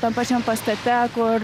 tam pačiam pastate kur